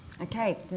Okay